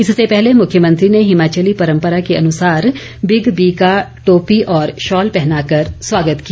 इससे पहले मुख्यमंत्री ने हिमाचली परम्परा के अनुसार बिग बी का टोपी और शॉल पहनाकर स्वागत किया